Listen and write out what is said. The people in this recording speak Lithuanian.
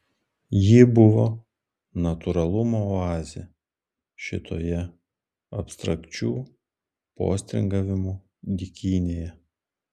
ji buvo natūralumo oazė šitoje abstrakčių postringavimų dykynėje